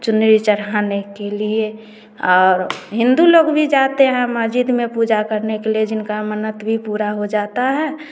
चुनरी चढ़ाने के लिए और हिंदू लोग भी जाते हैं मस्जिद में पूजा करने के लिए जिनका मन्नत भी पूरा हो जाता है